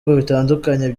bitandukanye